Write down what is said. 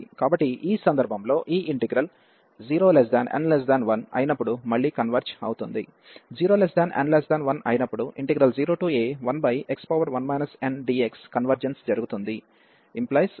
కాబట్టి ఈ సందర్భంలో ఈ ఇంటిగ్రల్ 0 n 1 అయినప్పుడు మళ్ళీ కన్వెర్జ్ అవుతుంది